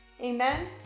amen